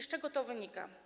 Z czego to wynika?